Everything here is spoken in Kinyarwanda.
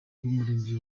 bw’umurenge